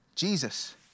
Jesus